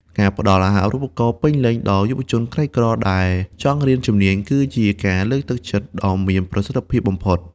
ការផ្តល់អាហារូបករណ៍ពេញលេញដល់យុវជនក្រីក្រដែលចង់រៀនជំនាញ គឺជាការលើកទឹកចិត្តដ៏មានប្រសិទ្ធភាពបំផុត។